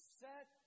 set